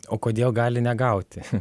o kodėl gali negauti